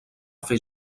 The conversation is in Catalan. fer